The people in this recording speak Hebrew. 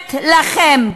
אומרת לכם,